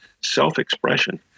self-expression